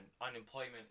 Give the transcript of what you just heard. unemployment